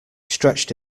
stretched